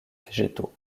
végétaux